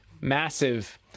massive